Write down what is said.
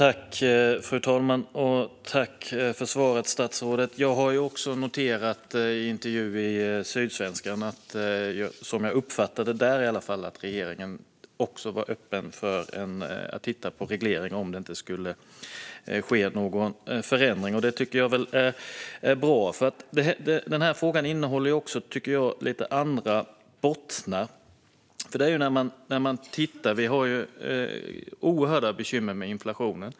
Fru talman! Tack, statsrådet, för svaret! Jag har också i en intervju i Sydsvenskan noterat att regeringen, som jag uppfattade det, också var öppen för att titta på en reglering av detta om det inte skulle ske någon förändring. Det tycker jag är bra. Den här frågan har också andra bottnar. Vi har ju oerhörda bekymmer med inflationen.